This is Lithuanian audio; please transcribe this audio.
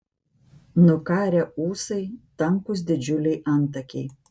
nukarę ūsai tankūs didžiuliai antakiai